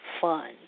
fun